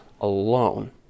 alone